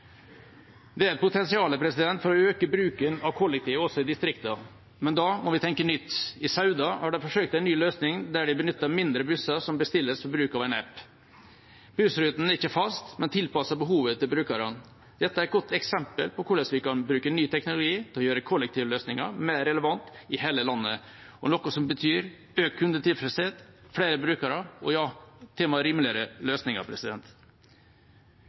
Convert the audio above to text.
Det er et potensial for å øke bruken av kollektiv transport også i distriktene, men da må vi tenke nytt. I Sauda har de forsøkt en ny løsning, der de benytter mindre busser som bestilles for bruk over nett. Bussrutene er ikke faste, men er tilpasset brukernes behov. Dette er et godt eksempel på hvordan vi kan bruke ny teknologi til å gjøre kollektivløsninger mer relevante i hele landet, noe som betyr økt kundetilfredshet, flere brukere og til og med rimeligere løsninger.